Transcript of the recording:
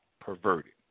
perverted